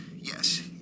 Yes